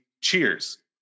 Cheers